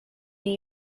new